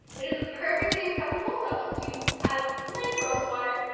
it is a perfectly acceptable substitute as like rosewater,